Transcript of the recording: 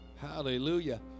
Hallelujah